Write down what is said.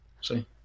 See